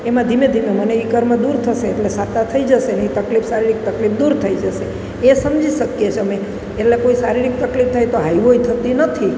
એમાં ધીમે ધીમે મને એ કર્મ દૂર થશે એટલે શાતા થઈ જશે ને એ તકલીફ શારીરિક તકલીફ દૂર થઈ જશે એ સમજી શકીએ છીએ અમે પહેલાં કોઈ શારીરિક તકલીફ થાય તો હાય હોય થતી નથી